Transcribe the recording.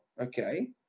okay